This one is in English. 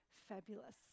fabulous